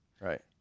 Right